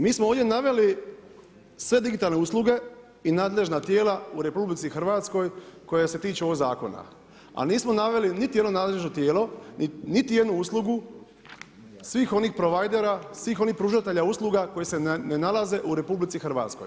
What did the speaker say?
Mi smo ovdje naveli sve digitalne usluge i nadležna tijela u RH koja se tiču ovog zakona, a nismo naveli niti jedno nadležno tijelo, niti jednu uslugu svih onih providera, svih onih pružatelja usluga, koje se ne nalaze u RH.